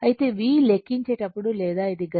అయితే v లెక్కించేటప్పుడు లేదా ఇది గరిష్ట విలువ vm 70